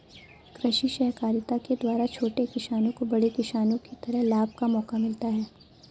कृषि सहकारिता के द्वारा छोटे किसानों को बड़े किसानों की तरह लाभ का मौका मिलता है